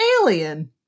Alien